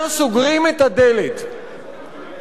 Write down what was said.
ערכּאה.